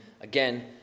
again